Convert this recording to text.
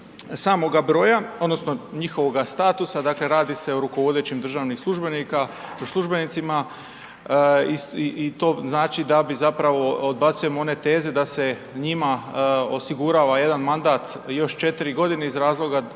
samoga broja odnosno njihovoga statusa, dakle radi se rukovodećim državnim službenicima i to znači da zapravo odbacujemo one teze da se njima osigurava jedan mandat još četiri godine iz razloga